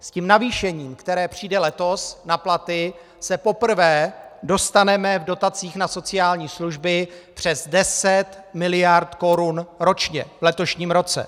S tím navýšením, které přijde letos na platy, se poprvé dostaneme v dotacích na sociální služby přes 10 mld. korun ročně v letošním roce.